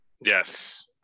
Yes